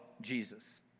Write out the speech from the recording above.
Jesus